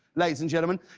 ladies and gentlemen,